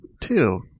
two